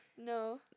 No